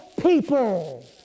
people